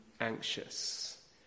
anxious